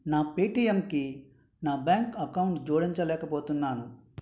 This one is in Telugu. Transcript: నా పేటిఎమ్కి నా బ్యాంక్ అకౌంట్ జోడించలేకపోతున్నాను